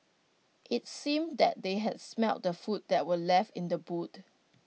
IT seemed that they had smelt the food that were left in the boot